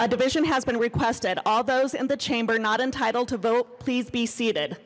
a division has been requested all those in the chamber not entitled to vote please be seated